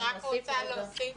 רק להוסיף